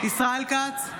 כץ,